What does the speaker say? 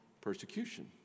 persecution